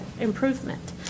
improvement